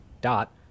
dot